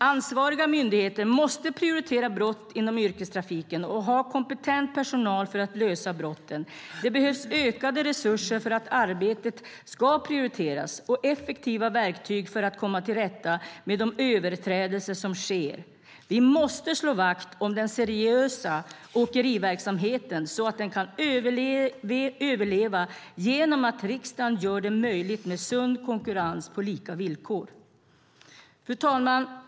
Ansvariga myndigheter måste prioritera brott inom yrkestrafiken och ha kompetent personal för att lösa brotten. Det behövs ökade resurser för att arbetet ska prioriteras och effektiva verktyg för att komma till rätta med de överträdelser som sker. Vi måste slå vakt om den seriösa åkeriverksamheten så att den kan överleva genom att riksdagen gör det möjligt med sund konkurrens på lika villkor. Fru talman!